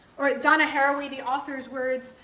donna haraway, the author's words,